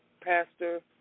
Pastor